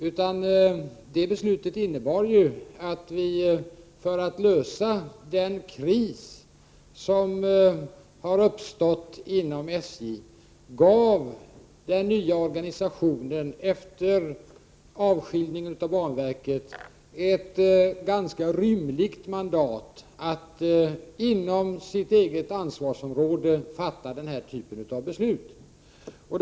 Riksdagsbeslutet innebär ju att vi för att lösa den kris som har uppstått inom SJ gav den nya organisationen, efter avskiljning av banverket, ett ganska rymligt mandat att inom sitt eget ansvarsområde fatta beslut av den typ som frågorna avser.